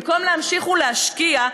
במקום להמשיך ולהשקיע,